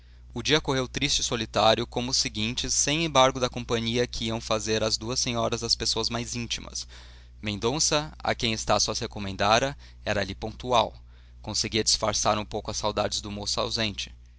o dia correu triste e solitário como os seguintes sem embargo da companhia que iam fazer às duas senhoras as pessoas mais íntimas mendonça a quem estácio as recomendara era ali pontual conseguia disfarçar um pouco as saudades do moço ausente